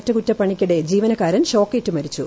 അറ്റകുറ്റപ്പണിക്കിടെ ജീവനക്കാരൻ ഷോക്കേറ്റ് മരിച്ചു